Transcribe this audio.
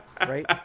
right